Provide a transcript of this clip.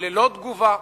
ללא תגובה,